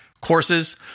courses